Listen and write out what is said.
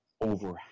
over